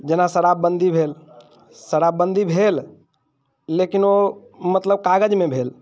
जेना शराबबंदी भेल शराबबंदी भेल लेकिन ओ मतलब कागजमे भेल